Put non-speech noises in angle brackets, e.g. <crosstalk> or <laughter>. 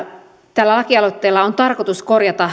tällä lakialoitteella on tarkoitus korjata <unintelligible>